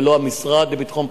ולא המשרד לביטחון פנים,